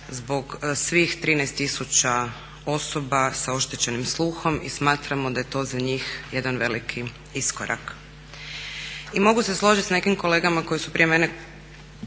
zbog svih 13 tisuća osoba sa oštećenim sluhom i smatramo da je to za njih jedan veliki iskorak. I mogu se složiti s nekim kolegama koji su prije mene